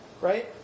Right